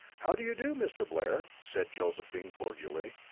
how do you do, mr. blair, said josephine, cordially.